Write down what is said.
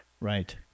Right